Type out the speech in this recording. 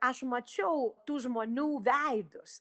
aš mačiau tų žmonių veidus